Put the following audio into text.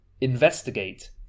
investigate